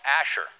Asher